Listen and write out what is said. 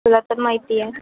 तुला तर माहिती आहे